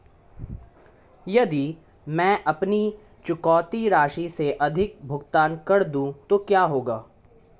यदि मैं अपनी चुकौती राशि से अधिक भुगतान कर दूं तो क्या होगा?